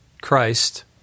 Christ